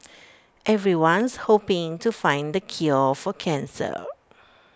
everyone's hoping to find the cure for cancer